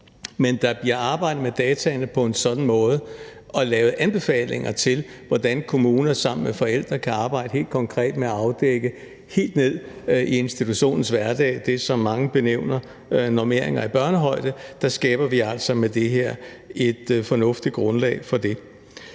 men der bliver arbejdet med dataene på en sådan måde og lavet anbefalinger til, at kommuner sammen med forældrene helt konkret helt ned i institutionens hverdag kan arbejde med at afdække det, som mange benævner normeringer i børnehøjde. Der skaber vi altså med det her et fornuftigt grundlag for det.